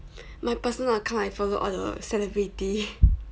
my personal account I follow all the celebrity